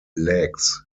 legs